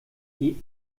die